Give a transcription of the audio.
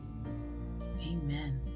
Amen